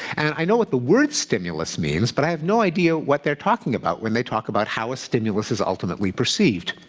and i know what the word stimulus means, but i have no idea what they're talking about when they talk about how a stimulus is ultimately perceived.